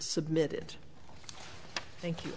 submitted thank you